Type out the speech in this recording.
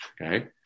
Okay